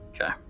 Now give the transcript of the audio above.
Okay